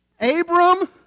Abram